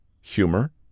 humor